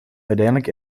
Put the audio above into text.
uiteindelijk